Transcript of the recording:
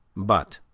but,